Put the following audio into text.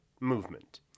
movement